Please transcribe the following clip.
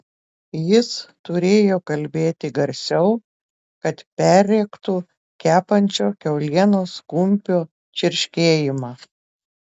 jis turėjo kalbėti garsiau kad perrėktų kepančio kiaulienos kumpio čirškėjimą